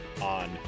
on